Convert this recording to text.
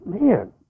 man